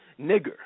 nigger